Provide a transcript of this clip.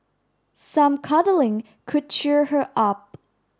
some cuddling could cheer her up